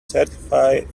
certify